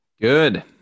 Good